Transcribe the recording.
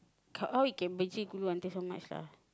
how he can until so much lah